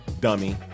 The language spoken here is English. Dummy